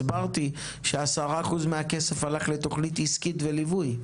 הסברתי ש-10% מהכסף הלך לתכנית עסקית ולליווי.